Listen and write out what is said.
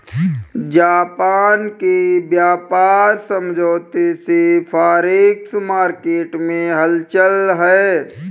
Japan के व्यापार समझौते से फॉरेक्स मार्केट में हलचल है